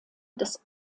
des